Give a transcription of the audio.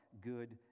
good